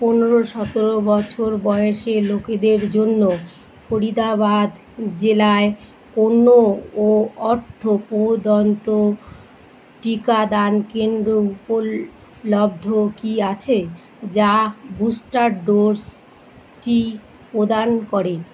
পনেরো সতেরো বছর বয়সে লোকেদের জন্য ফরিদাবাদ জেলায় কোনো ও অর্থ প্রদন্ত টিকাদান কেন্দ্র উপলব্ধ কি আছে যা বুস্টার ডোসটি প্রদান করে